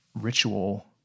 ritual